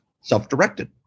self-directed